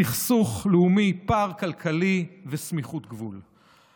סכסוך לאומי, פער כלכלי וסמיכות גבולית.